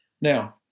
Now